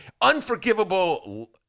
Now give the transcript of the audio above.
Unforgivable